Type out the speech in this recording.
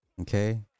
Okay